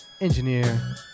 engineer